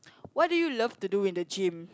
what do you love to do in the gym